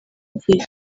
igihe